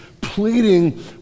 pleading